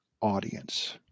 audience